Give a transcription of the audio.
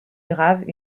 graves